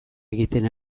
egiten